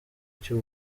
cy’u